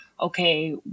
okay